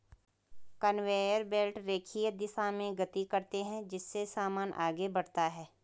conveyor belt रेखीय दिशा में गति करते हैं जिससे सामान आगे बढ़ता है